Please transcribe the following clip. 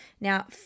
Now